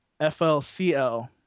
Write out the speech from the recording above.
FLCL